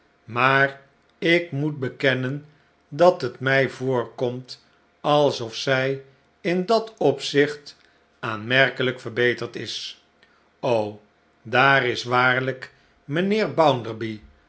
maar ik moet bekennen dat het mij voorkomt alsof zij in dat opzicht aanmerkelilk verbeterd is daar is waarlijk mijnheer